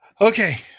Okay